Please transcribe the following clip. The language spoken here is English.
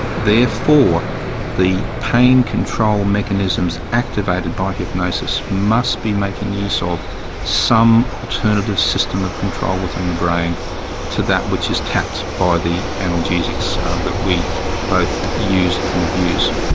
therefore the pain control mechanisms activated by hypnosis must be making use of some alternative system of control within the brain to that which is tapped by the analgesics ah that we both use and abuse.